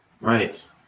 Right